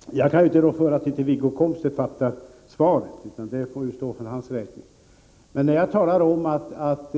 Herr talman! Jag kan inte rå för att Wiggo Komstedt inte förstår svaret, utan det får stå för hans räkning. När jag talade om att